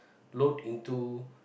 load into